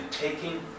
taking